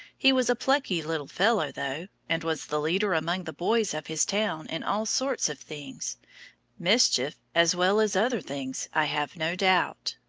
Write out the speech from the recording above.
he was a plucky little fellow though, and was the leader among the boys of his town in all sorts of things mischief as well as other things i have no doubt.